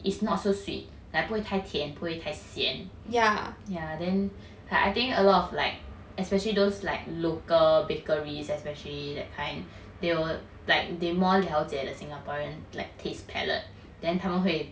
it's not so sweet like 不会太甜不会太咸 yeah then I think a lot of like especially those like local bakeries especially that kind they will like they more 了解 the singaporean like taste palette then 他们会